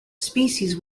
species